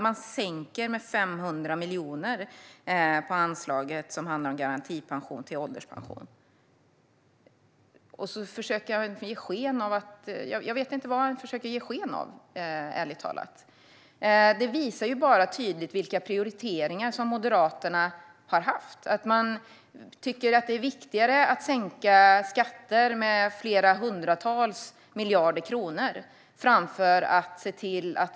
Man sänker anslaget som handlar om garantipension till ålderspensionärer med 500 miljoner, och han försöker ge sken av . Jag vet inte vad han försöker ge sken av, ärligt talat. Det visar bara tydligt vilka prioriteringar Moderaterna har haft. Man tycker att det är viktigare att sänka skatter med flera hundratals miljarder kronor.